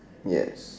yes